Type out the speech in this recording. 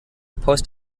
post